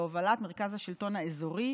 בהובלת מרכז השלטון האזורי,